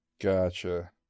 Gotcha